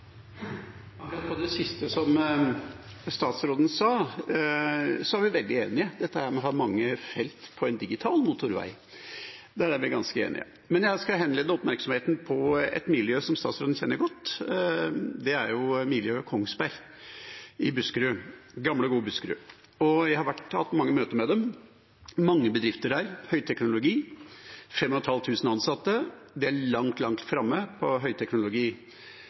vi veldig enige. Når det gjelder å ha mange felt på en digital motorvei, er vi ganske enige. Men jeg skal henlede oppmerksomheten på et miljø som statsråden kjenner godt. Det er miljøet Kongsberg i Buskerud – gamle, gode Buskerud. Jeg har hatt mange møter med dem, med mange høyteknologibedrifter der, 5 500 ansatte. De er langt framme på